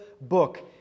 book